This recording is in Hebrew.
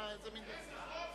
איזה מין דבר?